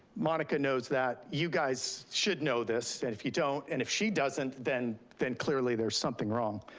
monica knows that, you guys should know this. and if you don't, and if she doesn't, then then clearly there's something wrong.